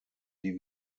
die